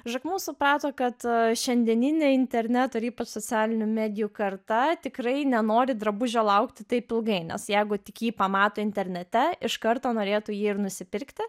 žakmu suprato kad šiandieninė interneto ir ypač socialinių medijų karta tikrai nenori drabužio laukti taip ilgai nes jeigu tik jį pamato internete iš karto norėtų jį ir nusipirkti